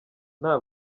nta